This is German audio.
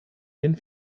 den